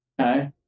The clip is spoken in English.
Okay